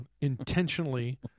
intentionally